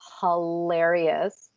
Hilarious